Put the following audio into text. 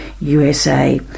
USA